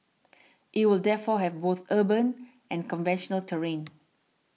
it will therefore have both urban and conventional terrain